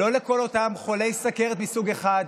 לא לכל אותם חולי סוכרת מסוג 1,